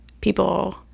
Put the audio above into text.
people